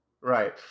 Right